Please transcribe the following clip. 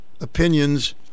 opinions